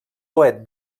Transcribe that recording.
oest